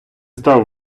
став